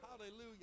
Hallelujah